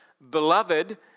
Beloved